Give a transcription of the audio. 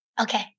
Okay